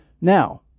Now